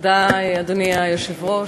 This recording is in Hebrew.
אדוני היושב-ראש,